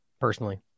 personally